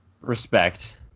respect